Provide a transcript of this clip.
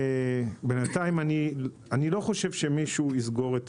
בינתיים אני לא חושב שמישהו יסגור את